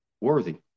worthy